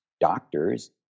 doctors